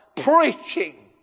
preaching